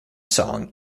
song